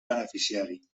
beneficiari